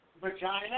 Vagina